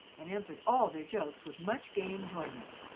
and answered all their jokes with much gay enjoyment